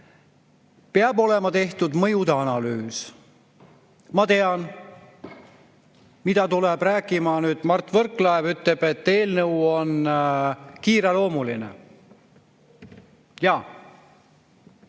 peab olema tehtud mõjude analüüs. Ma tean, mida tuleb rääkima Mart Võrklaev. Ta ütleb, et eelnõu on kiireloomuline. Jaa,